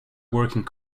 working